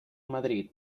madrid